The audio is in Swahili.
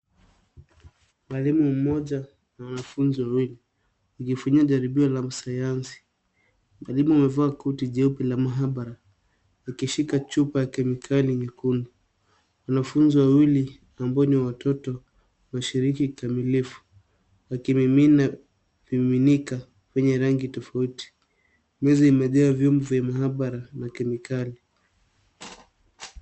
Mwalimu mmoja, wanafunzi wawili wakifanya jaribio la sayansi. Mwalimu amevaa koti jeupe la maabara akishika chupa ya kemikali nyekundu. Wanafunzi wawili ambao ni watoto washiriki kikamilifu wakimimina vimiminika kwenye rangi tofauti. Meza imejaa vyombo vya maabara na kemikali.